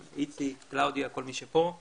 איציק, קלאודיה, כל מי שפה, המנכ"ל.